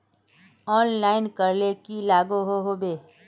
Online करले की लागोहो होबे?